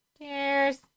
Cheers